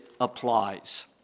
applies